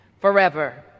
forever